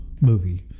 movie